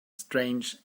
strange